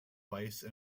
vice